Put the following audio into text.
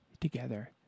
together